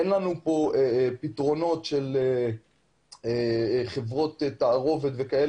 אין לנו פה פתרונות של חברות תערובת וכו',